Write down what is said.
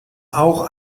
auch